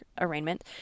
arraignment